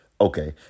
Okay